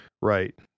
Right